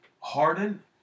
Harden